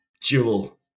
jewel